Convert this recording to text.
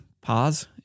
pause